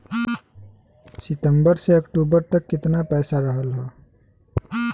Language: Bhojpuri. सितंबर से अक्टूबर तक कितना पैसा रहल ह?